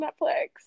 Netflix